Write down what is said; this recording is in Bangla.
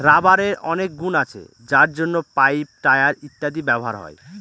রাবারের অনেক গুন আছে যার জন্য পাইপ, টায়ার ইত্যাদিতে ব্যবহার হয়